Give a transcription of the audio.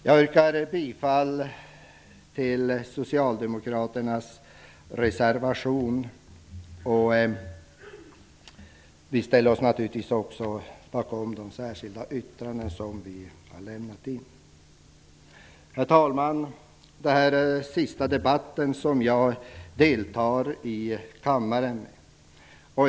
Jag yrkar bifall till socialdemokraternas reservation. Vi ställer oss naturligtvis också bakom de särskilda yttranden som vi lämnat. Herr talman! Det här är den sista debatt som jag deltar i här i kammaren.